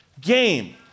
game